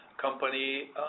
company